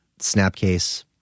Snapcase